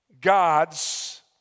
God's